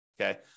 Okay